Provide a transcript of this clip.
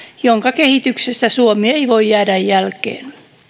jonka kehityksestä suomi ei voi jäädä jälkeen